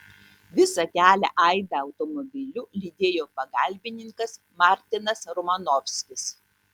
visą kelią aidą automobiliu lydėjo pagalbininkas martinas romanovskis